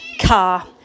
Car